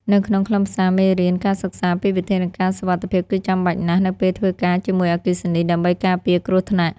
នៅក្នុងខ្លឹមសារមេរៀនការសិក្សាពីវិធានការសុវត្ថិភាពគឺចាំបាច់ណាស់ នៅពេលធ្វើការជាមួយអគ្គិសនី ដើម្បីការពារគ្រោះថ្នាក់។